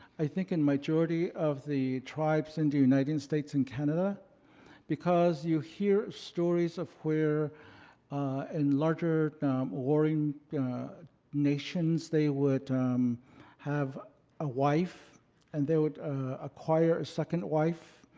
i think, in a majority of the tribes in the united states and canada because you hear stories of where in larger warring nations, they would have a wife and they would acquire a second wife.